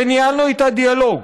וניהלנו אתה דיאלוג,